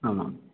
आमाम्